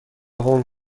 هنگ